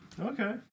Okay